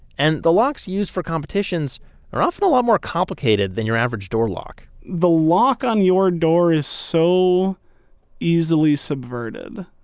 and the locks used for competitions are often a lot more complicated than your average door lock the lock on your door is so easily subverted.